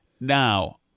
Now